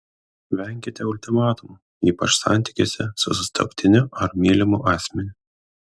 venkite ultimatumų ypač santykiuose su sutuoktiniu ar mylimu asmeniu